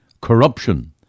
corruption